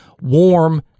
warm